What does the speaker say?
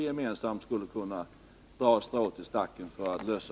Det är att beklaga.